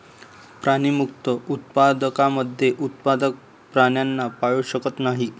प्राणीमुक्त उत्पादकांमध्ये उत्पादक प्राण्यांना पाळू शकत नाही